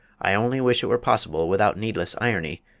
i only wish it were possible, without needless irony,